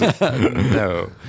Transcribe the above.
No